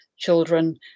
children